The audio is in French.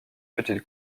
petite